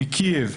מקייב,